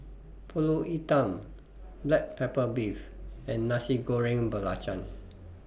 Pulut Hitam Black Pepper Beef and Nasi Goreng Belacan